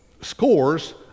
scores